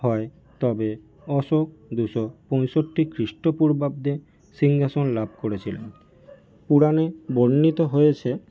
হয় তবে অশোক দুশো পঁয়ষট্টি খ্রিস্টপূর্বাব্দে সিংহাসন লাভ করেছিলেন পুরাণে বর্ণিত হয়েছে